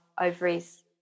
ovaries